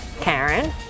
Karen